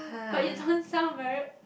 but you don't sound very